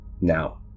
now